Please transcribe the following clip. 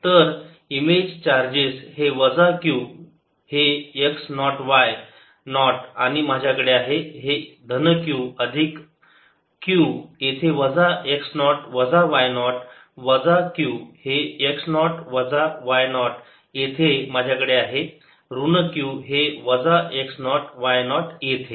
तर image charges हे वजा q हे x नॉट y नॉट आणि माझ्याकडे आहे हे धन q अधिक q येथे वजा x नॉट वजा y नॉट वजा q हे x नॉट वजा y नॉट येथे आणि माझ्याकडे आहे ऋण q हे वजा x नॉट y नॉट येथे